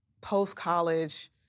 post-college